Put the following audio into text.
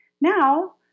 Now